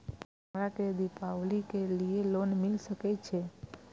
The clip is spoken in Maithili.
हमरा के दीपावली के लीऐ लोन मिल सके छे?